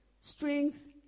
strength